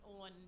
on